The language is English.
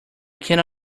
can’t